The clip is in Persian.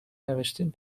نوشتین